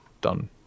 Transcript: done